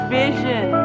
vision